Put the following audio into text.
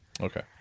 okay